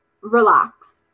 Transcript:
relax